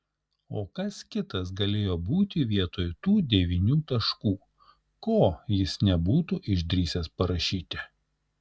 o kas kitas galėjo būti vietoj tų devynių taškų ko jis nebūtų išdrįsęs parašyti